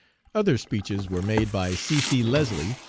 other speeches were made by c. c. leslie,